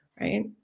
Right